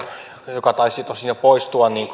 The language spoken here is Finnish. joka taisi tosin jo poistua